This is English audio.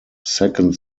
second